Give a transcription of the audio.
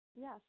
Yes